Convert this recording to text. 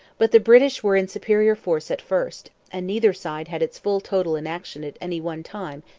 but the british were in superior force at first and neither side had its full total in action at any one time,